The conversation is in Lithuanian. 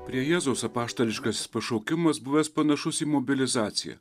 prie jėzaus apaštališkasis pašaukimas buvęs panašus į mobilizaciją